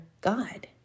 God